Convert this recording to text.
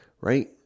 right